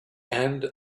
end